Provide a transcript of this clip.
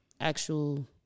actual